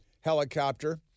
helicopter